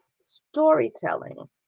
storytelling